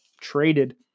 traded